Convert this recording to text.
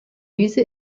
diese